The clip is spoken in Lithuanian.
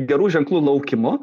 gerų ženklų laukimu